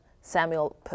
Samuel